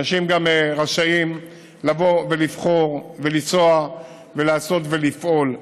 ואנשים גם רשאים לבוא ולבחור ולנסוע ולעשות ולפעול,